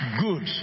good